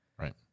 Right